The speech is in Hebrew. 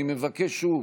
אני מבקש שוב,